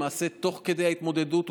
למעשה תוך כדי ההתמודדות,